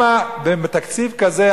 בתקציב כזה,